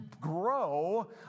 grow